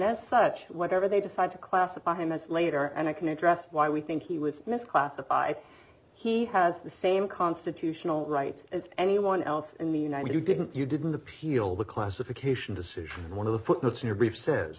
as such whatever they decide to classify him as later and i can address why we think he was in this classify he has the same constitutional rights as anyone else in the united didn't you didn't appeal the classification decision and one of the footnotes in your brief says